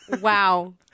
Wow